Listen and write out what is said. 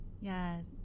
yes